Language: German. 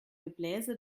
gebläse